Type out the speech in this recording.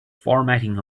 formatting